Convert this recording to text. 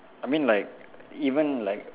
I mean like even like